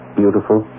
beautiful